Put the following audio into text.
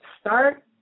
Start